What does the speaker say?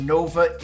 Nova